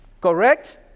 Correct